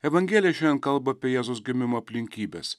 evangelija šiandien kalba apie jėzaus gimimo aplinkybes